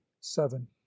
seven